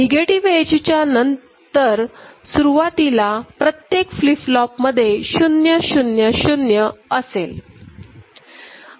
negative एजच्या नंतर सुरुवातीला प्रत्येक फ्लीप फ्लॉपमध्ये 000 असेल